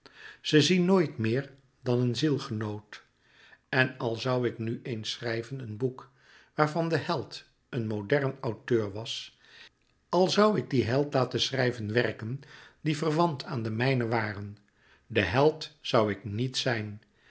ze zien nooit meer dan een zielgenoot en al zoû ik nu eens schrijven een boek waarvan de held een modern auteur was al zoû ik dien held laten schrijven werken die verwant aan de mijne waren de held zoû niet ik zijn zijn